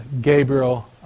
Gabriel